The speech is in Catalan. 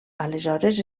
aleshores